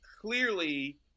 clearly